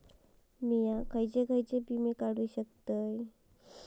मी खयचे खयचे विमे काढू शकतय?